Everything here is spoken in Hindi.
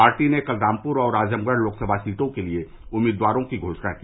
पार्टी ने कल रामपुर और आजमगढ़ लोकसभा सीटों के लिए उम्मीदवारों की घोषणा की